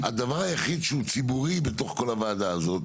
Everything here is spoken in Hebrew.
הדבר היחיד שהוא ציבורי בתוך כל הוועדה זאת,